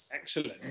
Excellent